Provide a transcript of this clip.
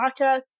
Podcast